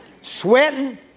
Sweating